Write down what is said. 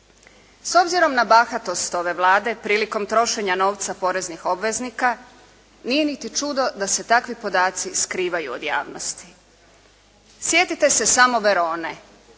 S obzirom na bahatost ove Vlade prilikom trošenja novca poreznih obveznika, nije niti čudo da se takvi podaci skrivaju od javnosti. Sjetite se samo Verone.